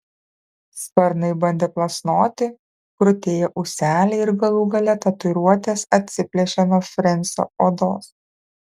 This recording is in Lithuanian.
sparnai bandė plasnoti krutėjo ūseliai ir galų gale tatuiruotės atsiplėšė nuo frensio odos